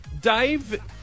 Dave